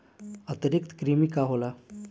आंतरिक कृमि का होला?